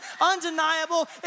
undeniable